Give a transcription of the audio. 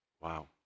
Wow